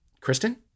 Kristen